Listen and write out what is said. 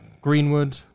Greenwood